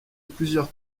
plusieurs